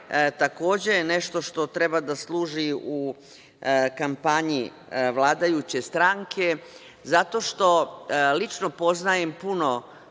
takođe nešto što treba da služi kampanji vladajuće stranke, zato što lično poznajem puno